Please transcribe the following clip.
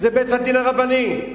זה בית-הדין הרבני.